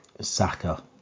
Saka